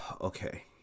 Okay